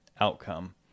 outcome